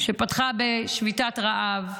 שפתחה בשביתת רעב,